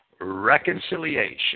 reconciliation